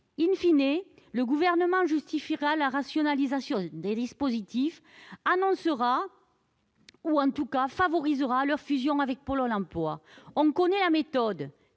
?, le Gouvernement justifiera la rationalisation des dispositifs, annoncera ou, en tout cas, favorisera leur fusion avec Pôle emploi. On connaît la méthode